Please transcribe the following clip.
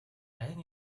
дайн